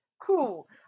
cool